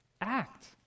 Act